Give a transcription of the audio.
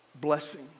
blessing